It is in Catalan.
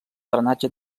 drenatge